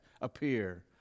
appear